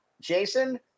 Jason